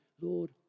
Lord